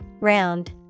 Round